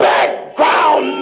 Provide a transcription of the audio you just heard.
Background